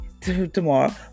tomorrow